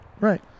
right